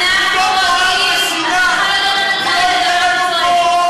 זה לא אומר שהוא צודק,